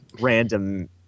random